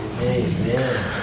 Amen